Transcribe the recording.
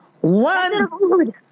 One